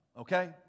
Okay